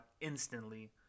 instantly